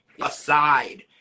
aside